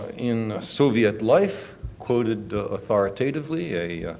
in soviet life quoted authoritatively a